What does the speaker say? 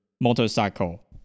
motorcycle